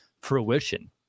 fruition